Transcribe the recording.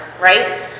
right